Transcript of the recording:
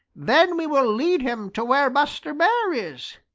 then we will lead him to where buster bear is.